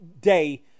day